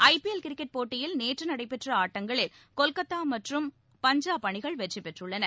ஐ P L cricket போட்டியில் நேற்று நடைபெற்ற ஆட்டங்களில் கொல்கத்தா மற்றும் பஞ்சாப் அணிகள் வெற்றி பெற்றுள்ளன